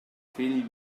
fill